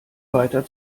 weiter